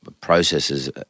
processes